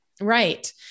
Right